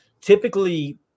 typically –